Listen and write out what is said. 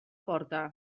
porta